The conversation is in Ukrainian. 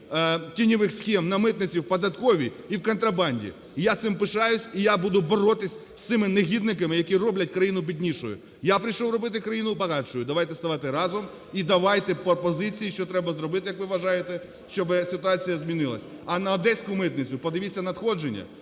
тіньових схем на митниці, в податковій і в контрабанді. Я цим пишаюсь, і я буду боротися з цими негідниками, які роблять країну біднішою. Я прийшов робити країну багатшою. Давайте ставати разом і давайте пропозиції, що треба зробити, як ви вважаєте, щоб ситуація змінилася. А на Одеську митницю подивіться надходження,